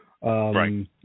right